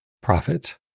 profit